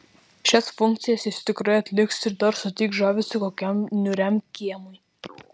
šias funkcijas jis tikrai atliks ir dar suteiks žavesio kokiam niūriam kiemui